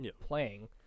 playing